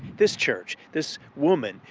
this church, this woman,